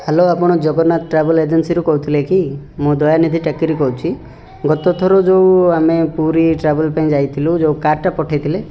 hello ଆପଣ Jagannath travel ଏଜେନ୍ସିରୁ କହୁଥିଲେ କି ମୁଁ ଦୟାନିଧି ଟେକେରୀ କହୁଛି ଗତ ଥର ଯେଉଁ ଆମେ ପୁରୀ ଟ୍ରାଭେଲ୍ ପାଇଁ ଯାଇଥିଲୁ ଯେଉଁ କାର୍ଟା ପଠେଇଥିଲେ